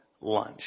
lunch